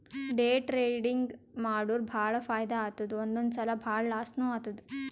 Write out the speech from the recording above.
day trading ಮಾಡುರ್ ಭಾಳ ಫೈದಾ ಆತ್ತುದ್ ಒಂದೊಂದ್ ಸಲಾ ಭಾಳ ಲಾಸ್ನೂ ಆತ್ತುದ್